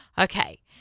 Okay